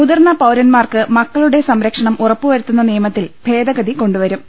മുതിർന്ന പൌരന്മാർക്ക് മക്കളുടെ സംരക്ഷണം ഉറപ്പു വരുത്തുന്ന നിയമത്തിൽ ഭേദഗതി കൊണ്ടുവരും